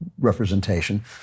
representation